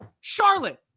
charlotte